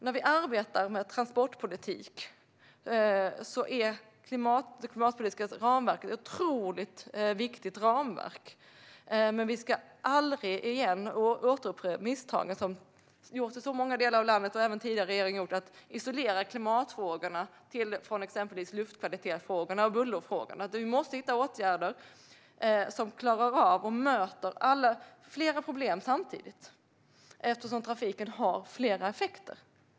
När vi arbetar med transportpolitik är det klimatpolitiska ramverket ett otroligt viktigt ramverk. Men vi ska aldrig mer upprepa det misstag som har begåtts i så många delar av landet, även av tidigare regeringar, där man har isolerat klimatfrågorna från exempelvis luftkvalitetsfrågorna och bullerfrågorna. Vi måste hitta åtgärder som klarar av att möta flera problem samtidigt eftersom trafiken har flera effekter.